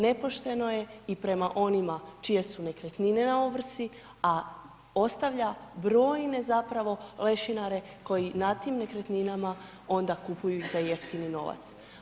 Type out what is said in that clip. Nepošteno je i prema onima čije su nekretnine na ovrsi, a ostavlja brojne zapravo lešinare koji nad tim nekretninama onda kupuju ih za jeftini novac.